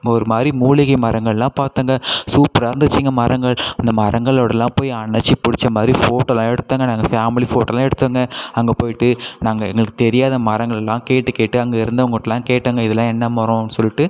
ஒரு மாரி மூலிகை மரங்கள்லாம் பார்த்தேங்க சூப்பராக இருந்துச்சுங்க மரங்கள் அந்த மரங்களோடலாம் போய் அணச்சி பிடிச்ச மாதிரி ஃபோட்டோலாம் எடுத்தேங்க நாங்கள் ஃபேமிலி ஃபோட்டோலாம் எடுத்தோங்க அங்கே போய்விட்டு நாங்கள் எங்களுக்கு தெரியாத மரங்கள்லாம் கேட்டு கேட்டு அங்கே இருந்தவங்கட்டலாம் கேட்டேங்க இதெலாம் என்ன மரம்னு சொல்லிட்டு